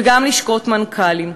וגם לשכות מנכ"לים.